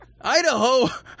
Idaho